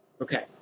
Okay